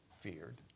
feared